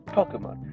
Pokemon